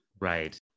Right